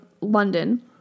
London